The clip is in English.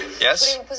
Yes